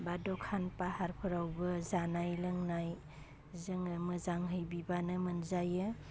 बा दखान बाहारफोरावबो जानाय लोंनाय जोङो मोजाङै बिबानो मोनजायो